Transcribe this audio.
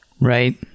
Right